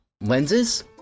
lenses